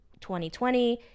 2020